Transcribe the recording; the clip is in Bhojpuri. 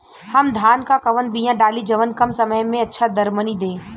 हम धान क कवन बिया डाली जवन कम समय में अच्छा दरमनी दे?